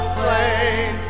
slain